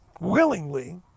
Willingly